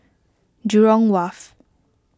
Jurong Wharf